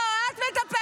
לא, את מטפלת.